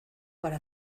para